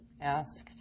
asked